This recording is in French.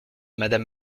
madame